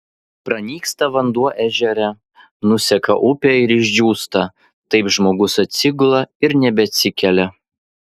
pranyksta vanduo ežere nuseka upė ir išdžiūsta taip žmogus atsigula ir nebeatsikelia